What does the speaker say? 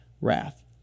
wrath